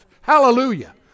Hallelujah